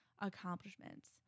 accomplishments